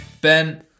Ben